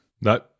No